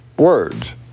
words